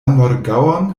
morgaŭon